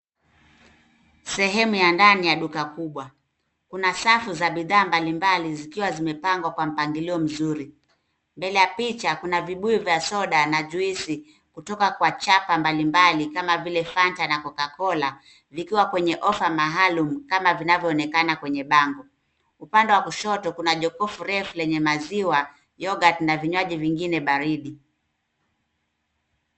Sehemu ya ndani ya duka kubwa. Kuna safu za bidhaa mbalimbali zikiwa zimepangwa kwa mpangilio mzuri. Mbele ya picha, kuna vibuyu vya soda na juisi kutoka kwa chapa mbalimbali kama vile Fanta na Coca-Cola zikiwa kwenye ofa maalum kama vinavyoonekana kwenye bango. Upande wa kushoto, kuna jokofu refu lenye maziwa, yogurt na vinywaji vingine baridi.